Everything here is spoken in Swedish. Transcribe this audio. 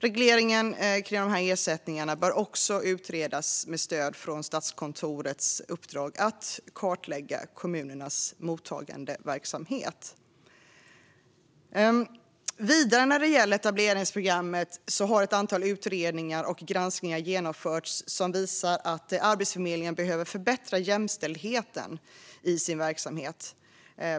Regleringen kring de här ersättningarna bör också utredas med stöd från Statskontorets uppdrag att kartlägga kommunernas mottagandeverksamhet. Vidare, när det gäller etableringsprogrammet, har ett antal utredningar och granskningar genomförts som visar att Arbetsförmedlingen behöver förbättra jämställdheten i sin verksamhet.